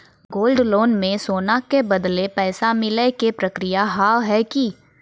Gold loan मे सोना के बदले पैसा मिले के प्रक्रिया हाव है की?